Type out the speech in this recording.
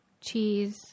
cheese